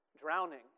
drowning